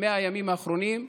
ב-100 הימים האחרונים,